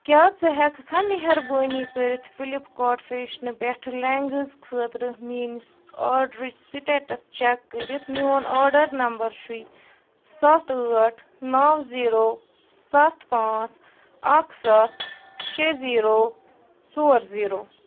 کیٛاہ ژٕ ہٮ۪کہٕ کھا مہربٲنی کٔرتھ فِلِپکارٹ فیشَن پٮ۪ٹھٕ لٮ۪نٛگٕز خٲطرٕ میٛٲنِس آرڈرٕچ سٕٹیٹَس چَک کٔرتھ میون آرڈر نمبر چھُے سَتھ ٲٹھ نَو زیٖرو سَتھ پانٛژھ اَکھ سَتھ شےٚ زیٖرو ژور زیٖرو